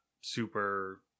super